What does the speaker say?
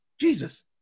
Jesus